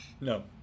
No